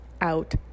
out